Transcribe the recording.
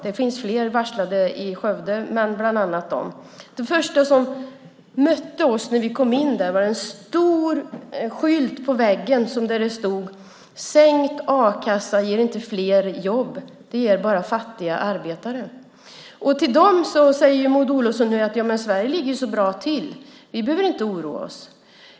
Det finns fler varslade i Skövde men bland annat är det dessa. Det första som mötte oss när vi kom in var en stor skylt på väggen där det stod: Sänkt a-kassa ger inte flera jobb, det ger bara fattiga arbetare. Till dem säger Maud Olofsson nu: Sverige ligger så bra till. Vi behöver inte oroa oss.